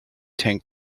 tank